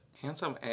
Handsome